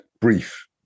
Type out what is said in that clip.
brief